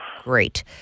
Great